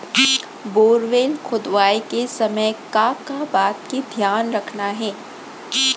Borewell खोदवाए के समय का का बात के धियान रखना हे?